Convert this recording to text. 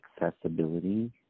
accessibility